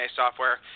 software